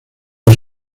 del